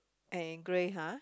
and grey [huh]